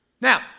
Now